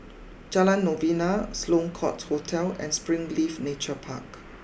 Jalan Novena Sloane court Hotel and Springleaf Nature Park